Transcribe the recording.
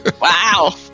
Wow